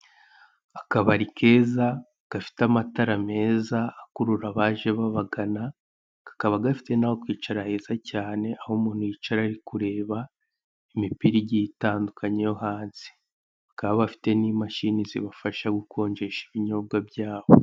Akabari keza gafite amatara meza akurura abaje babagana, kakaba gafite n'aho kwicara heza cyane aho umuntu yicara ari kureba imipira igiye itandukanye yo hanze bakaba bafite n'imashini zibafasha gukonjesha ibinyobwa byabo.